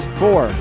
four